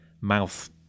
mouth